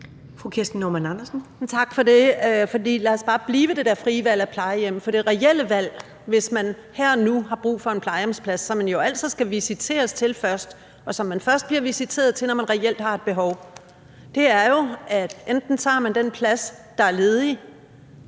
Tak for det. Lad os bare blive ved det der frie valg af plejehjem. Det reelle valg, hvis man her og nu har brug for en plejehjemsplads, som man jo altid skal visiteres til først, og som man først bliver visiteret til, når man reelt har det behov, er jo, at enten tager man den plads, der er ledig,